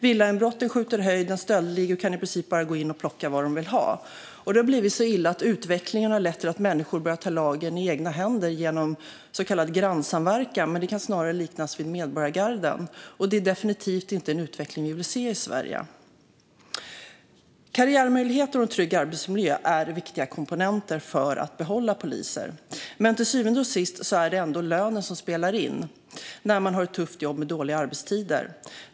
Villainbrotten skjuter i höjden, och stöldligor kan i princip bara gå in och plocka vad de vill ha. Det har blivit så illa att människor börjar ta lagen i egna händer genom så kallad grannsamverkan, som snarare kan liknas vid medborgargarden. Det är definitivt inte en utveckling vi vill se i Sverige. Karriärmöjligheter och en trygg arbetsmiljö är viktiga komponenter för att behålla poliser. Men till syvende och sist är det ändå lönen som spelar in när man har ett tufft jobb med dåliga arbetstider.